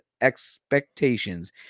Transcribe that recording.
expectations